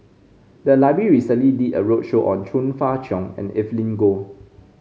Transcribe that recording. the library recently did a roadshow on Chong Fah Cheong and Evelyn Goh